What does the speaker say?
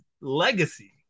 legacy